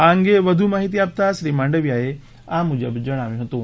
આ અંગે વધુ માહિતી આપતા શ્રી માંડવિયાએ આ મુજબ જણાવ્યું હતું